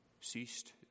ceased